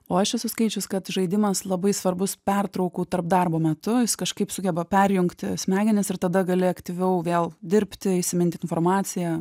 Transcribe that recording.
o aš esu skaičius kad žaidimas labai svarbus pertraukų tarp darbo metu jis kažkaip sugeba perjungti smegenis ir tada gali aktyviau vėl dirbti įsiminti informaciją